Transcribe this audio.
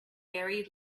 very